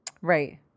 Right